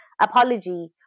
apology